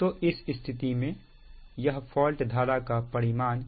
तो इस स्थिति में यह फॉल्ट धारा का परिमाण है